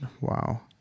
Wow